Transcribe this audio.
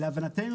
להבנתנו,